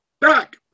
back